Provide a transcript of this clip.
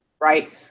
right